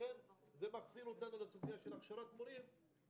זה מחזיר אותנו לסוגיה של הכשרת מורים,